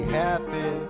happy